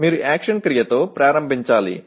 మీరు యాక్షన్ క్రియతో ప్రారంభించాలి